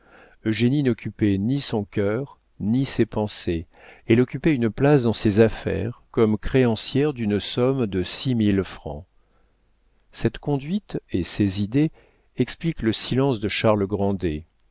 bijoux eugénie n'occupait ni son cœur ni ses pensées elle occupait une place dans ses affaires comme créancière d'une somme de six mille francs cette conduite et ces idées expliquent le silence de charles